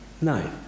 no